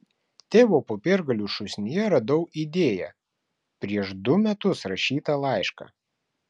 tėvo popiergalių šūsnyje radau idėją prieš du metus rašytą laišką